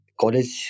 college